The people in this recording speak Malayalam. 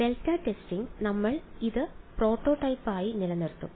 ഡെൽറ്റ ടെസ്റ്റിംഗ് നമ്മൾ ഇത് പ്രോട്ടോടൈപ്പായി നിലനിർത്തും